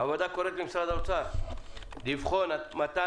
הוועדה קוראת למשרד האוצר לבחון מתן